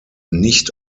nicht